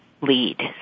lead